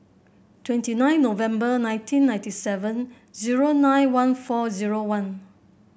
twenty nine November nineteen ninety seven zero nine one four zero one